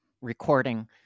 recording